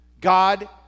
God